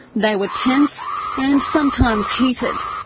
they were tense and sometimes heated.